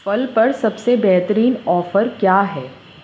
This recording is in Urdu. پھل پر سب سے بہترین آفر کیا ہے